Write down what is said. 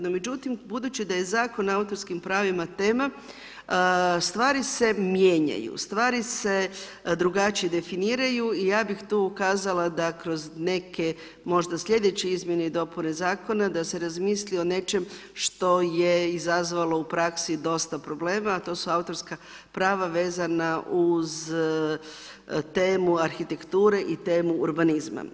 No međutim budući da je Zakon o autorskim pravima tema, stvari se mijenjaju, stvari se drugačije definiraju i ja bih tu kazala da kroz neke možda sljedeće izmjene i dopune zakona da se razmisli o nečem što je izazvalo u praksi dosta problema, a to su autorska prava vezano uz temu arhitekture i temu urbanizma.